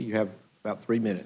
you have about three minutes